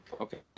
Okay